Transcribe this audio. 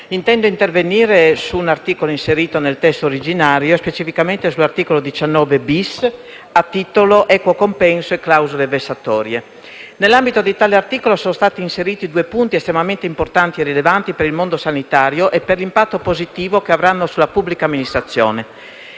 Intendo intervenire su un articolo che si propone di inserire nel testo originario, precisamente sull'articolo 19-*bis*, che riguarda l'equo compenso e le clausole vessatorie. Nell'ambito di tale articolo sono stati inseriti due punti estremamente importanti e rilevanti per il mondo sanitario e per l'impatto positivo che avranno sulla pubblica amministrazione.